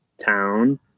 town